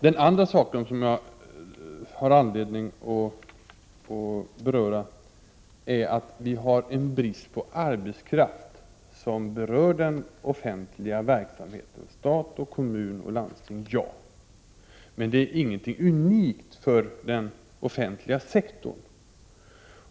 Det andra jag har anledning att beröra är att vi har brist på arbetskraft inom den offentliga verksamheten i stat, kommuner och landsting — det är riktigt. Men detta är inget unikt för den offentliga sektorn.